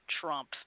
Trump